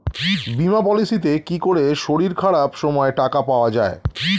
বীমা পলিসিতে কি করে শরীর খারাপ সময় টাকা পাওয়া যায়?